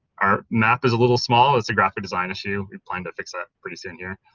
our map is a little small it's a graphic design issue, we plan to fix that pretty soon here,